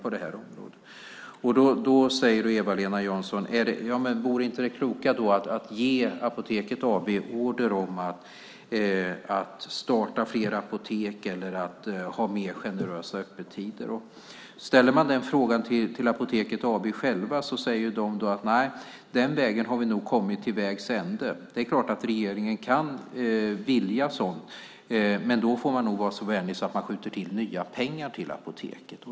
Då säger Eva-Lena Jansson: Men vore inte det kloka då att ge Apoteket AB order om att starta fler apotek eller ha mer generösa öppettider? Ställer man den frågan till Apoteket AB säger de: Nej, där har vi nog kommit till vägs ände. Det är klart att regeringen kan vilja sådant, men då får man nog vara så vänlig och skjuta till nya pengar till Apoteket.